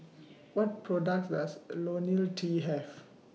What products Does Ionil T Have